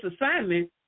assignment